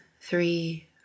three